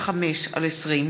ניסן סלומינסקי ויחיאל חיליק בר,